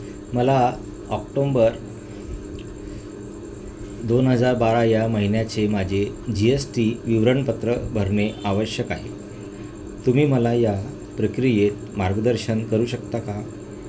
मला ऑक्टोंबर दोन हजार बारा या महिन्याचे माझे जी एस टी विवरणपत्र भरणे आवश्यक आहे तुम्ही मला या प्रक्रियेत मार्गदर्शन करू शकता का